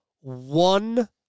one